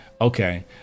okay